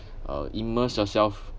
uh immerse yourself